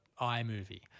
iMovie